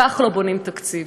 כך לא בונים תקציב.